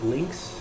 Links